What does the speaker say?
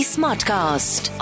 Smartcast